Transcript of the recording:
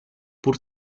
pur